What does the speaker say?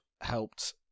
helped